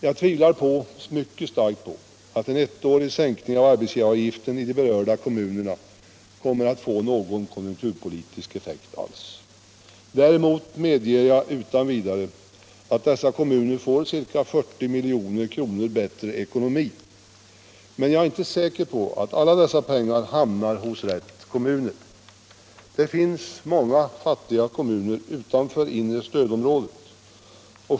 Jag tvivlar mycket starkt på att en ettårig sänkning av arbetsgivaravgiften i de berörda kommunerna kommer att få någon konjunktur politisk effekt alls. Däremot medger jag utan vidare att dessa kommuner får ca 40 milj.kr. bättre ekonomi. Men jag är inte säker på att alla dessa pengar hamnar hos de rätta kommunerna. Det finns många fattiga kommuner utanför inre stödområdet.